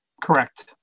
Correct